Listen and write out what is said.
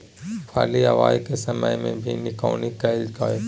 फली आबय के समय मे भी निकौनी कैल गाय?